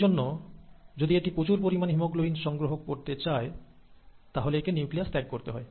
সেই জন্য যদি এটি প্রচুর পরিমাণ হিমোগ্লোবিন সংগ্রহ করতে চায় তাহলে একে নিউক্লিয়াস ত্যাগ করতে হয়